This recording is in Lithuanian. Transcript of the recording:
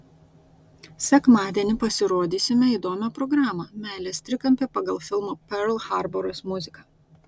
sekmadienį pasirodysime įdomią programą meilės trikampį pagal filmo perl harboras muziką